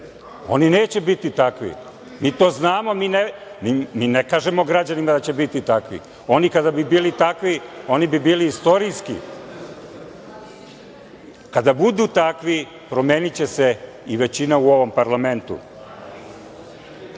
Oni neće biti takvi. Mi to znamo, mi ne kažemo građanima da će biti takvi. Oni kada bi bili takvi, oni bi bili istorijski. Kada budu takvi, promeniće se i većina u ovom parlamentu. Što